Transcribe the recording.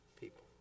people